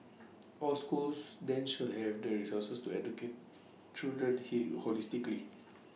all schools then should have the resources to educate children he holistically